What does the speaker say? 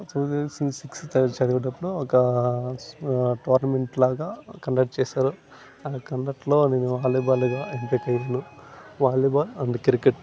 two thousand సి six చదివేటప్పుడు ఒక టోర్నమెంట్ లాగగా కండక్ట్ చేసారు ఆ కండక్ట్లో నేను వాలీబాలీగా ఎంపికయ్యాను వాలీబాల్ అండ్ క్రికెట్